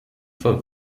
vor